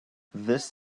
this